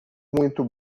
muito